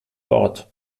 wort